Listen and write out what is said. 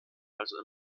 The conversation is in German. also